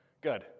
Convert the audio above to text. Good